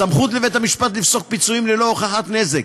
סמכות לבית-המשפט לפסוק פיצויים ללא הוכחת נזק,